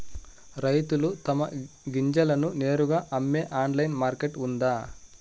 రైతులు తమ గింజలను నేరుగా అమ్మే ఆన్లైన్ మార్కెట్ ఉందా?